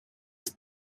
have